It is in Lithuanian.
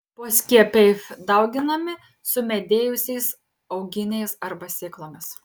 poskiepiai dauginami sumedėjusiais auginiais arba sėklomis